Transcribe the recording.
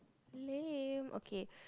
lame okay